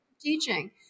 teaching